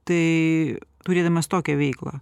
tai turėdamas tokią veiklą